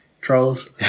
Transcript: Trolls